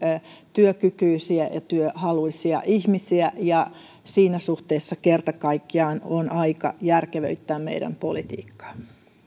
työkykyisiä ja työhaluisia ihmisiä ja siinä suhteessa kerta kaikkiaan on aika järkevöittää meidän politiikkaamme